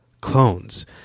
clones